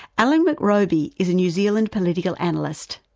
alan mcrobie is a new zealand political analyst.